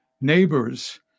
neighbors